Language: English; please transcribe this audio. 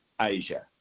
Asia